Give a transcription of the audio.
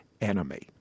enemy